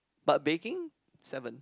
but baking seven